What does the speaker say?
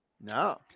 No